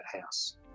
house